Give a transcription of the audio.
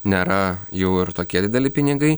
nėra jau ir tokie dideli pinigai